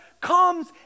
comes